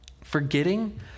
Forgetting